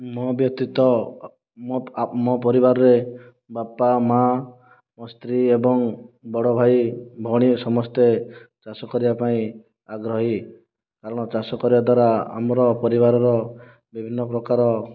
ମୋ ବ୍ୟତୀତ ମୋ ଆମ ମୋ ପରିବାରରେ ବାପା ମା' ମୋ ସ୍ତ୍ରୀ ଏବଂ ବଡ଼ ଭାଇ ଭଉଣୀ ସମସ୍ତେ ଚାଷ କରିବା ପାଇଁ ଆଗ୍ରହୀ କାରଣ ଚାଷ କରିବା ଦ୍ୱାରା ପରିବାରର ବିଭିନ୍ନ ପ୍ରକାରର